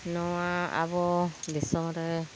ᱱᱚᱣᱟ ᱟᱵᱚ ᱫᱤᱥᱚᱢ ᱨᱮ